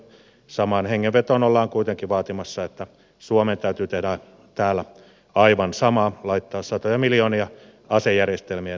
samaan hengenvetoon ollaan kuitenkin vaatimassa että suomen täytyy tehdä täällä aivan sama laittaa satoja miljoonia asejärjestelmien ostamiseen